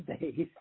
days